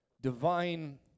Divine